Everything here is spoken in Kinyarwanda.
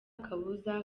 kabuza